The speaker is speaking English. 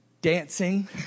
dancing